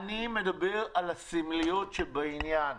אני מדבר על הסמליות שבעניין.